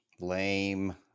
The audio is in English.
Lame